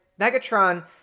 Megatron